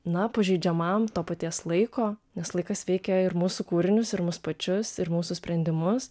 na pažeidžiamam to paties laiko nes laikas veikia ir mūsų kūrinius ir mus pačius ir mūsų sprendimus